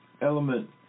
element